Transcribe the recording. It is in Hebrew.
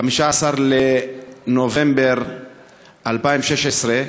15 בנובמבר 2016,